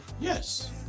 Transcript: yes